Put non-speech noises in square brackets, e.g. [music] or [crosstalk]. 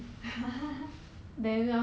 [laughs]